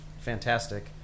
fantastic